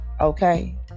okay